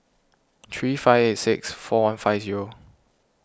three five eight six four one five zero